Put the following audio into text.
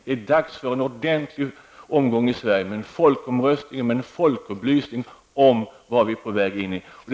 Det är dags för en ordentlig omgång i Sverige med en folkomröstning och en folkupplysning om vad vi är på väg in i.